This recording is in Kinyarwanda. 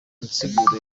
nsiguro